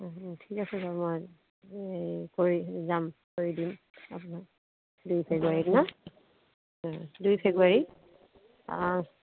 ঠিক আছে বাৰু মই এই কৰি যাম কৰি দিম আপোনাৰ দুই ফেব্ৰুৱাৰীত ন দুই ফেব্ৰুৱাৰী